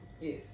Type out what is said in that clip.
Yes